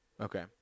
Okay